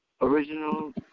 original